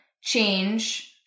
change